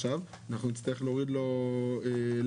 אנחנו נצטרך להוריד לו להבא.